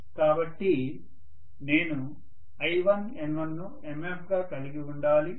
కాబట్టి నేను I1N1 ను MMF గా కలిగి ఉండాలి